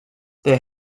they